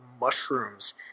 mushrooms